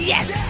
Yes